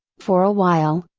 for a while,